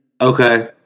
Okay